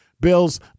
bills